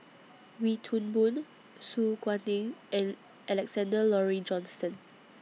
Wee Toon Boon Su Guaning and Alexander Laurie Johnston